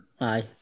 Aye